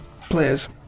players